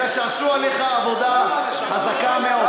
אלא שעשו עליך עבודה חזקה מאוד.